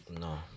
No